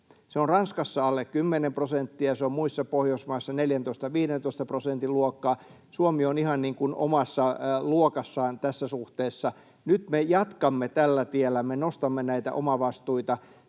Se on Ranskassa alle 10 prosenttia, se on muissa Pohjoismaissa 14—15 prosentin luokkaa. Suomi on ihan omassa luokassaan tässä suhteessa. Nyt me jatkamme tällä tiellä. Me nostamme näitä omavastuita.